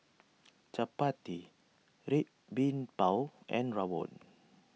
Chappati Red Bean Bao and Rawon